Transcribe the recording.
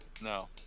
no